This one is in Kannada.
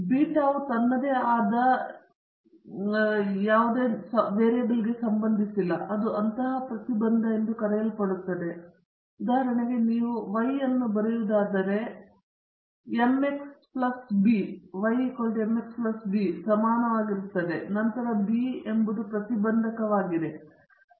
ಬೀಟಾವು ತನ್ನದೇ ಆದ ಮೇಲೆ ನಿಂತಿರುವ ಯಾವುದೇ ವೇರಿಯೇಬಲ್ಗೆ ಸಂಬಂಧಿಸಿಲ್ಲ ಅದು ಅಂತಹ ಪ್ರತಿಬಂಧ ಎಂದು ಕರೆಯಲ್ಪಡುತ್ತದೆ ಉದಾಹರಣೆಗೆ ನೀವು y ಅನ್ನು ಬರೆಯುವುದಾದರೆ m x plus b ಗೆ ಸಮನಾಗಿರುತ್ತದೆ ನಂತರ b ಎಂಬುದು ಪ್ರತಿಬಂಧಕವಾಗಿದೆ